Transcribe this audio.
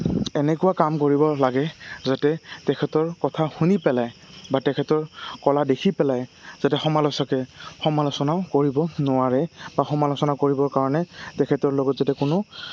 এনেকুৱা কাম কৰিব লাগে যাতে তেখেতৰ কথা শুনি পেলাই বা তেখেতৰ কলা দেখি পেলাই যাতে সমালোচকে সমালোচনাও কৰিব নোৱাৰে বা সমালোচনা কৰিবৰ কাৰণে তেখেতৰ লগত যাতে কোনো